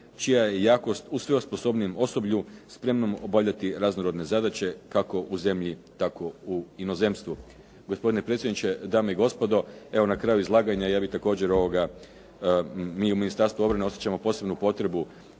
čija je jakost u sve osposobnijem osoblju spremnom obavljati raznorazne zadaće kako u zemlji tako u inozemstvu. Gospodine predsjedniče, dame i gospodo, evo na kraju izlaganja ja bih također, mi u Ministarstvu obrane osjećamo posebnu potrebu